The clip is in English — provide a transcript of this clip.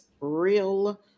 real